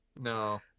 no